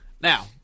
now